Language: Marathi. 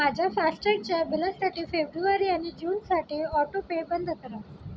माझ्या फास्टॅगच्या बिलासाठी फेब्रुवारी आणि जूनसाठी ऑटोपे बंद करा